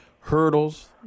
hurdles